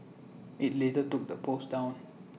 IT later took the post down